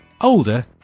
older